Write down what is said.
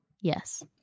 Yes